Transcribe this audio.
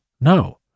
No